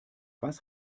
was